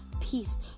peace